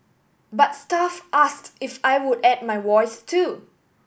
but staff asked if I would add my voice too